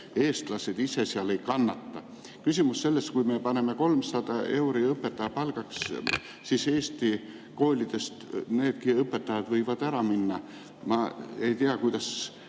eestlased ise seal ei kannata? Küsimus on selles, et kui me paneme [3000] euri õpetaja palgaks, siis eesti koolidest needki õpetajad võivad ära minna. Ma ei tea, kuidas